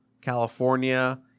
California